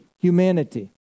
humanity